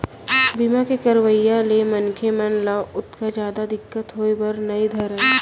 बीमा के करवाय ले मनखे मन ल ओतका जादा दिक्कत होय बर नइ धरय